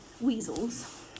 weasels